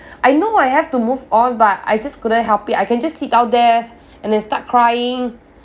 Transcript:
I know I have to move on but I just couldn't help it I can just sit down there and then start crying